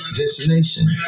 destination